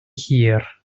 hir